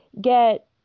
get